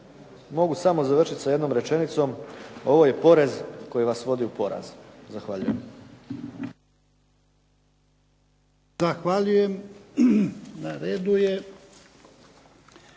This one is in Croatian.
Mogu samo završiti sa jednom rečenicom. Ovo je porez koji vas vodi u poraz. Zahvaljujem.